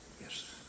Yes